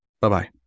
Bye-bye